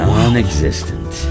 Non-existent